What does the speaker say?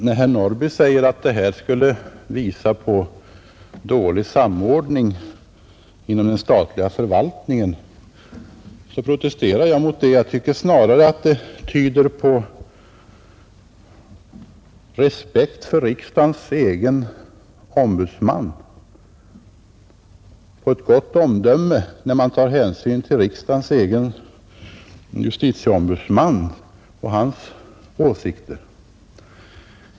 När herr Norrby i Åkersberga säger att detta skulle vittna om dålig samordning inom den statliga förvaltningen protesterar jag — jag tycker att det snarare tyder på respekt för riksdagens egen ombudsman och på ett gott omdöme, när man tar hänsyn till justitieombudsmannens åsikter.